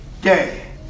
day